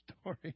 story